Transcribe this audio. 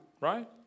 Right